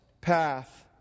path